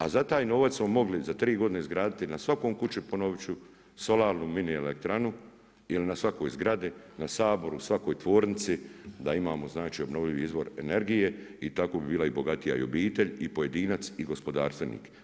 A za taj novac smo mogli za tri godine izgraditi na svakoj kući ponovit ću solarnu mini elektranu ili na svakoj zgradi, na Saboru, svakoj tvornici da imamo obnovljivi izvor energije i tako bi bila bogatija i obitelj i pojedinac i gospodarstvenik.